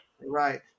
Right